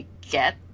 get